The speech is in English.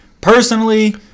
Personally